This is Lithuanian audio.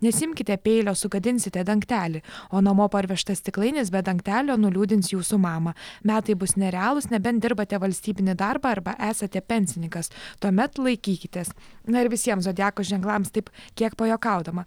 nesiimkite peilio sugadinsite dangtelį o namo parvežtas stiklainis be dangtelio nuliūdins jūsų mamą metai bus nerealūs nebent dirbate valstybinį darbą arba esate pensininkas tuomet laikykitės na ir visiems zodiako ženklams taip kiek pajuokaudama